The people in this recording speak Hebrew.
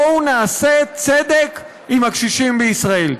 בואו נעשה צדק עם הקשישים בישראל.